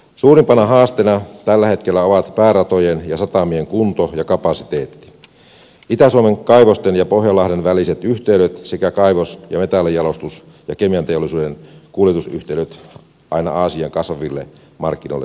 suurimpana haasteena tällä hetkellä ovat pääratojen ja satamien kunto ja kapasiteetti itä suomen kaivosten ja pohjanlahden väliset yhteydet sekä kaivos metallinjalostus ja kemianteollisuuden kuljetusyhteydet aina aasian kasvaville markkinoille saakka